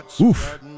Oof